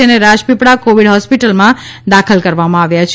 જેને રાજપીપળા કોવિદ હોસ્પીટલમાં દાખલ કરવામાં આવ્યો છે